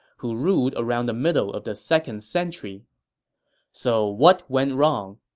who ruled around the middle of the second century so what went wrong?